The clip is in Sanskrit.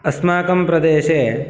अस्माकं प्रदेशे